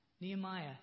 Nehemiah